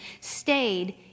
stayed